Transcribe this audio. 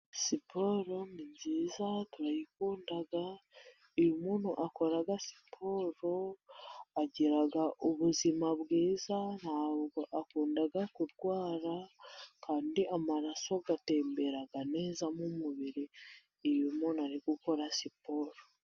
Siporo ni nziza turayikunda, iyo umuntu akora siporo, agira ubuzima bwiza, ntabwo akunda kurwara, kandi amaraso agatembera neza, nk'umubiri iyo umuntu ari gukora siporo.